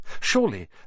Surely